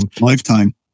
Lifetime